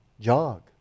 Jog